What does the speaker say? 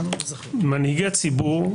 מנהיגי ציבור,